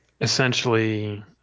essentially